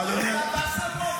אתה וסרלאוף?